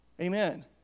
Amen